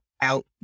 out